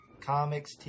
Comics